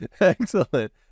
Excellent